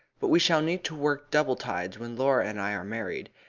but we shall need to work double tides when laura and i are married,